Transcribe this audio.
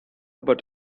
but